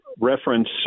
reference